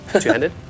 Two-handed